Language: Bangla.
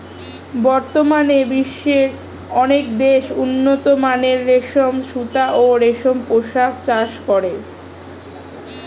বর্তমানে বিশ্বের অনেক দেশ উন্নতমানের রেশম সুতা ও রেশম পোকার চাষ করে